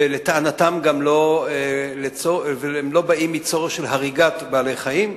ולטענתם הם גם לא באים מצורך של הריגת בעלי-חיים.